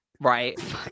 Right